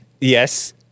Yes